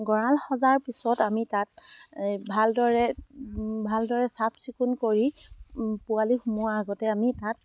গঁৰাল সজাৰ পিছত আমি তাত ভালদৰে ভালদৰে চাফ চিকুণ কৰি পোৱালি সোমোৱাৰ আগতে আমি তাত